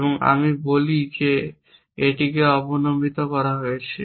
এবং তাই আমরা বলি যে এটিকে অবনমিত করা হয়েছে